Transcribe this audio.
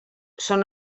són